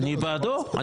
אני בעדו.